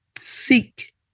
seek